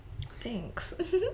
Thanks